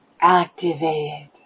Activate